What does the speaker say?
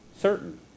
certain